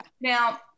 now